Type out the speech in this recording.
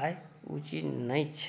आइ ओ चीज नहि छै